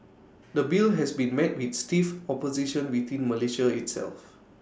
the bill has been met with stiff opposition within Malaysia itself